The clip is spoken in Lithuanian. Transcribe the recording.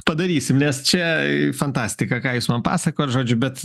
padarysim nes čia fantastika ką jūs man pasakot žodžiu bet